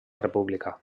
república